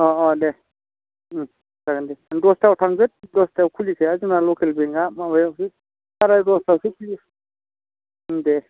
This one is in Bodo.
अ अ दे जागोन दे आं दसथायाव थांगोन दसथायाव खुलिबावा जोंना लकेल बेंकआ सारायदसथायावसो खुलियो ओं दे